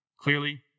clearly